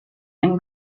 and